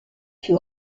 fut